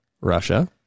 russia